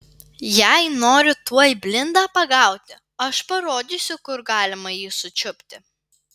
jei nori tuoj blindą pagauti aš parodysiu kur galima jį sučiupti